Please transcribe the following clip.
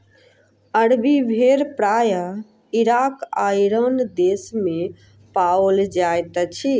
अरबी भेड़ प्रायः इराक आ ईरान देस मे पाओल जाइत अछि